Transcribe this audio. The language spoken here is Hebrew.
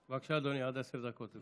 בבקשה, אדוני, עד עשר דקות.